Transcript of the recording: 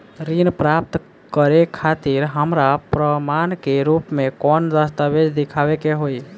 ऋण प्राप्त करे खातिर हमरा प्रमाण के रूप में कौन दस्तावेज़ दिखावे के होई?